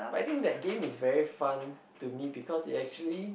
I think that game is very fun to me because is actually